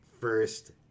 first